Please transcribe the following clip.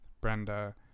Brenda